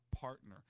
partner